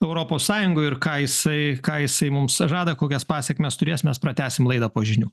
europos sąjungoj ir ką jisai ką jisai mums žada kokias pasekmes turės mes pratęsim laidą po žinių